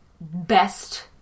best